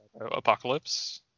Apocalypse